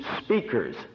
speaker's